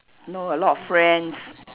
know a lot of friends